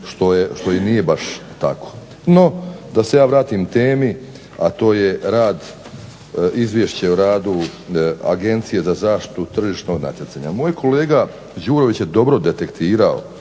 što nije baš tako. NO, da se ja vratim temi a to je Izvješće Agencije za zaštitu tržišnog natjecanja. Moj kolega Đurović je dobro detektirao